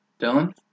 Dylan